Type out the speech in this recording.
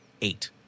eight